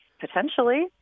potentially